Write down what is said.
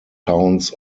towns